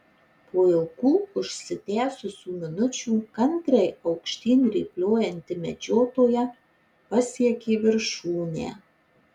po ilgų užsitęsusių minučių kantriai aukštyn rėpliojanti medžiotoja pasiekė viršūnę